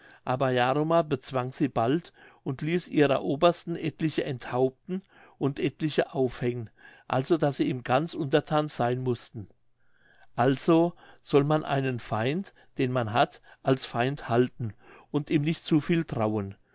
aber jaromar bezwang sie bald und ließ ihrer obersten etliche enthaupten und etliche aufhängen also daß sie ihm ganz unterthan sein mußten also soll man einen feind den man hat als feind halten und ihm nicht zuviel trauen